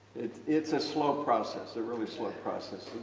it's a slow process, a really slow process.